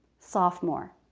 sophomore.